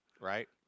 Right